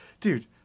dude